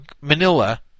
Manila